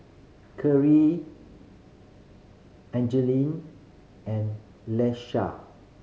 Kyrie Angeline and Leisha